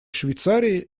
швейцарии